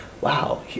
wow